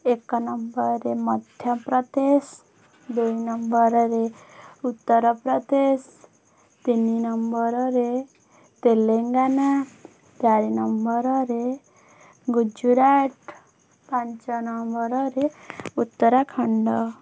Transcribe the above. ଏକ ନମ୍ବରରେ ମଧ୍ୟପ୍ରଦେଶ ଦୁଇ ନମ୍ବରରେ ଉତ୍ତରପ୍ରଦେଶ ତିନି ନମ୍ବରରେ ତେଲେଙ୍ଗାନା ଚାରି ନମ୍ବରରେ ଗୁଜୁରାଟ ପାଞ୍ଚ ନମ୍ବରରେ ଉତ୍ତରାଖଣ୍ଡ